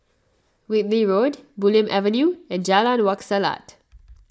Whitley Road Bulim Avenue and Jalan Wak Selat